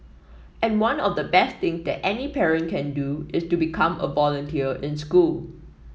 and one of the best thing that any parent can do is to become a volunteer in school